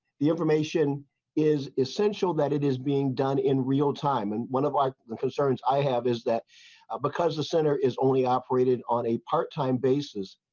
the information is essential that it is being done in real time and one of like my concerns i have is that because the center is only operated on a part-time basis.